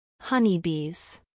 Honeybees